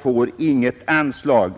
får inget anslag.